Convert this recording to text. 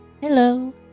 Hello